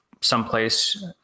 someplace